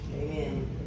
Amen